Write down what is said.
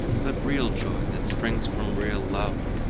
but real joy, that springs from real love,